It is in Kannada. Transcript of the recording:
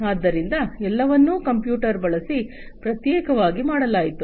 ಆದ್ದರಿಂದ ಎಲ್ಲವನ್ನೂ ಕಂಪ್ಯೂಟರ್ ಬಳಸಿ ಪ್ರತ್ಯೇಕವಾಗಿ ಮಾಡಲಾಯಿತು